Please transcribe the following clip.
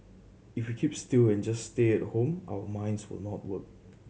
if we keep still and just stay at home our minds will not work